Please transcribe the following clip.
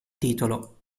titolo